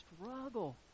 struggle